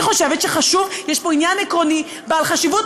אני חושבת שיש פה עניין עקרוני בעל חשיבות